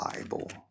Bible